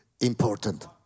important